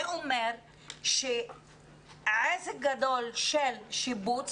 זה אומר שהעסק הגדול של השיבוץ,